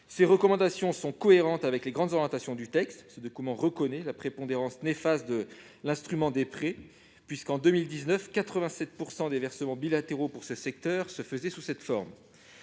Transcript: Ses recommandations sont cohérentes avec les grandes orientations du texte. Le document reconnaît la prépondérance néfaste de l'instrument des prêts : en 2019, 87 % des versements bilatéraux pour ce secteur se faisaient sous cette forme,